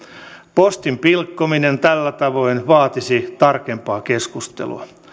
postin pilkkominen tällä tavoin vaatisi tarkempaa keskustelua